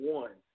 one